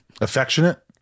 Affectionate